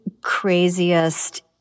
craziest